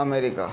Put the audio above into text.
America